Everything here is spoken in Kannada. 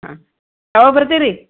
ಹಾಂ ಯಾವಾಗ ಬರ್ತೀರಿ